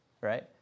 Right